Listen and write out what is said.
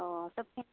অঁ